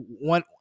one